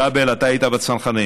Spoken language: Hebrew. כבל, אתה היית בצנחנים.